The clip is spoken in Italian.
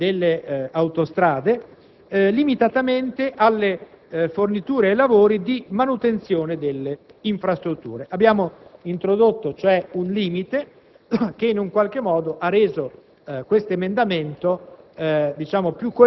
per quanto riguarda i lavori dei concessionari delle autostrade, limitatamente alle forniture ai lavori di manutenzione delle infrastrutture. In sostanza, abbiamo introdotto un limite